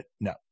no